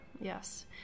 Yes